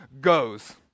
goes